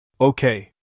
Okay